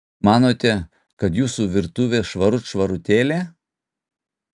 manote kad jūsų virtuvė švarut švarutėlė